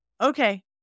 Okay